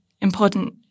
important